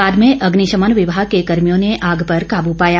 बाद में अग्निशमन विभाग के कर्मियों ने आग पर काबू पाया